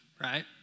right